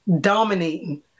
dominating